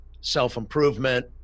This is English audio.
self-improvement